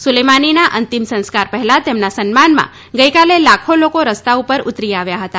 સુલેમાનીના અંતિમ સંસ્કાર પહેલા તેમના સન્માનમાં ગઈકાલે લાખો લોકો રસ્તા પર ઉતરી આવ્યા હતા